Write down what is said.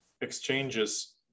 exchanges